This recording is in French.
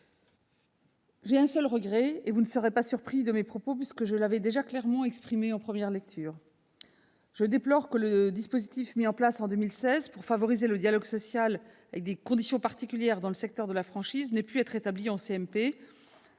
J'ai un seul regret- vous ne serez pas surpris de mes propos, puisque je l'avais déjà clairement exprimé en première lecture -, je déplore que le dispositif mis en place en 2016 pour favoriser le dialogue social dans le secteur de la franchise n'ait pu être rétabli en